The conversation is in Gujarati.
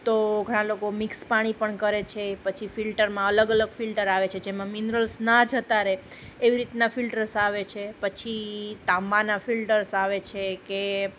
તો ઘણા લોકો મિક્સ પાણી પણ કરે છે પછી ફિલ્ટરમાં અલગ અલગ ફિલ્ટર આવે છે જેમાં મિનરલ્સ ના જતા રહે એવી રીતના ફિલ્ટર્સ આવે છે પછી તાંબાના ફિલ્ટર્સ આવે છે કે